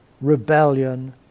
rebellion